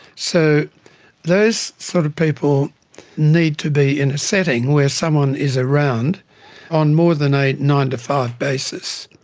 so those sort of people need to be in a setting where someone is around on more than a nine to five basis.